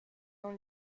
dans